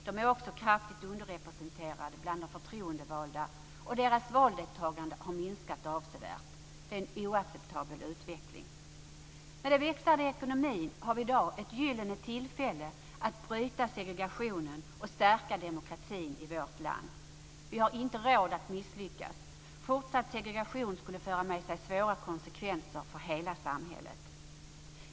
De är också kraftigt underrepresenterade bland de förtroendevalda, och deras valdeltagande har minskat avsevärt. Det är en oacceptabel utveckling. Med en växande ekonomi har vi i dag ett gyllene tillfälle att bryta segregationen och stärka demokratin i vårt land. Vi har inte råd att misslyckas. Fortsatt segregation skulle föra med sig svåra konsekvenser för hela samhället.